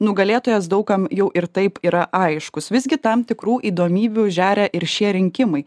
nugalėtojas daug kam jau ir taip yra aiškus visgi tam tikrų įdomybių žeria ir šie rinkimai